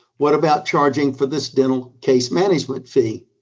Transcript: what about charging for this dental case management fee,